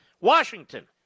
Washington